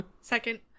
second